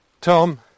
Tom